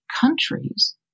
countries